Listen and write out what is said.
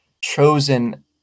chosen